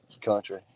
country